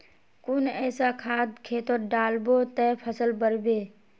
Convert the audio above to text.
कुन ऐसा खाद खेतोत डालबो ते फसल बढ़बे?